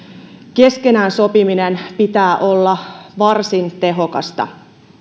keskenään sopimisen pitää olla varsin tehokasta